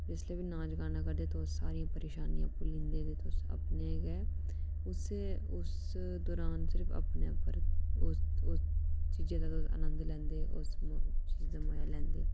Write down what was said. जिसलै बी नाच गाना करदे तुस सारियां परेशानियां भुल्ली जंदे न तुस अपने गै उस उस दरान सिर्फ अपने उप्पर उस चीजै दा तुस आनंद लैंदे उस चीज़ दा मज़ा लैंदे